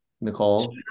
Nicole